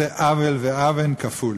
זה עוול ואוון כפול.